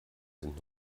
sind